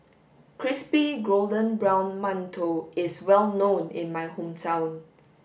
crispy golden brown mantou is well known in my hometown